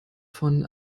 von